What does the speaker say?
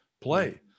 play